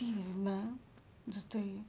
तीहरूमा जस्तै